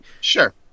Sure